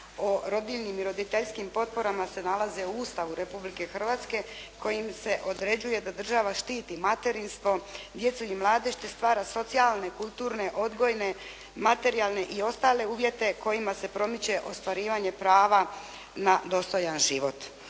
o rodiljnim i roditeljskim potporama se nalaze u Ustavu Republike Hrvatske kojim se određuje da država štiti materinstvo, djecu i mladež te stvara socijalne, kulturne, odgojne, materijalne i ostale uvjete kojima se promiče ostvarivanje prava na dostojan život.